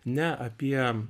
ne apie